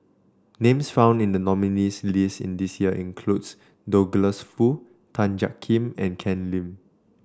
names found in the nominees' list in this year includes Douglas Foo Tan Jiak Kim and Ken Lim